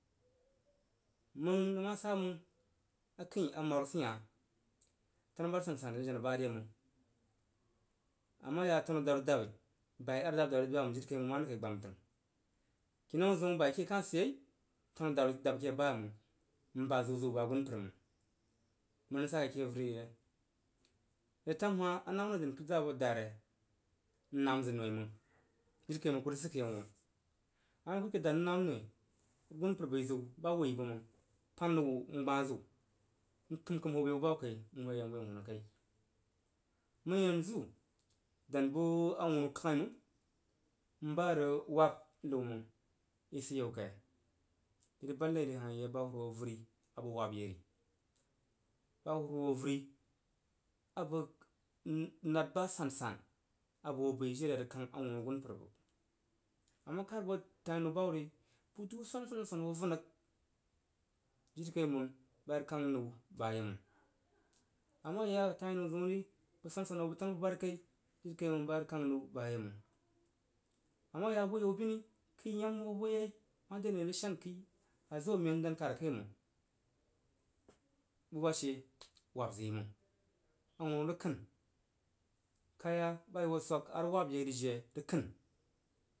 Məng nəng ma sa məng akəin amaru sid hah ama ya tanu dani dabi bai arəg dab daru ri ba yeiməng jiri kaiməng mare kai gbam təng kinan zəun bai ke kah sid yei tanu daru dab ke ba ye məng n ba zinzin bəg agunpərməng məng nəng sayi kai ake avəriyi rin netam ha anomnoi dan kejəza abo dariari nnam zəg noi məng. Jiri kaiməng ku rəg sikka awunu. Ama kəd aked dad nrəg namnoi agunpər bəi ziu, ba a woi yi bəg məng bəg pan zəg wu ngbah zin n kəm, kəm hoo wu be bu ba hub kai n hoo ye yak n hoo ye kunakai məng yanzu dan su awunu kangi məngi m ba rəg wab ləu məng məng i sid a yau kai? I rəg bad nai re hah i ba hurhou avəri abəg wab yeri ba huruhwo avəria abəg nad ba sansan abəg hoo bəi jiri arə kang awunu agun pər. Amakad bo tainu mpər ba hub ri bəg du swonswon ho vun rəg. Jiri kaiməng ba rəg kang nəu ba yeiməng ama ya bo tanubu bari zəunri bəg swon swon hoo bəg tanu bu bari kai jiri kaiməng ba rəg kan nəu ba yei məng ama ya bo yau sini kəi yam hoo su yei mare ane rəg shan kəi azo men n dan kad akai məng buba she wab zəgyi məng. Awunu rəg kən, kaya ba ihoo swan rəz wab yi rəg kən.